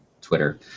Twitter